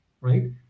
right